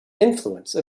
influence